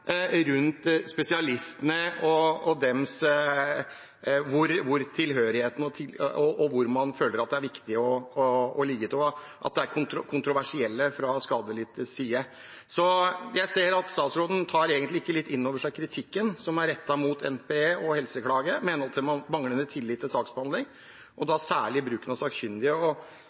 rundt spesialistene og deres tilhørighet, hvor man føler at det er viktig å ligge, og at det er kontroversielt fra skadelidtes side. Jeg ser at statsråden egentlig ikke tar inn over seg kritikken som er rettet mot NPE og Helseklage med henhold til manglende tillit til saksbehandling, og da særlig bruken av sakkyndige.